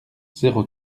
zéro